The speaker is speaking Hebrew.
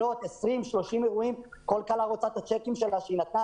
כל כלה רוצה בחזרה את הצ'קים שהיא נתנה.